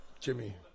Jimmy